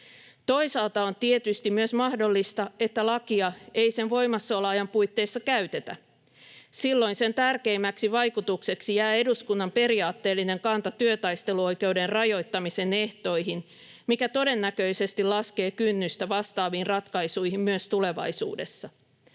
Toisaalta on tietysti myös mahdollista, että lakia ei sen voimassaoloajan puitteissa käytetä. Silloin sen tärkeimmäksi vaikutukseksi jää eduskunnan periaatteellinen kanta työtaisteluoikeuden rajoittamisen ehtoihin, mikä todennäköisesti laskee kynnystä vastaaviin ratkaisuihin myös tulevaisuudessa.